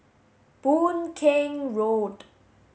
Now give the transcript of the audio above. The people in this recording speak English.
Boon Keng Road